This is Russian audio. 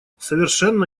совершенно